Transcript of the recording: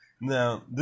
Now